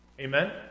Amen